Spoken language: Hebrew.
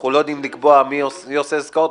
אנחנו לא יודעים לקבוע מי עושה עסקאות,